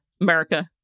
America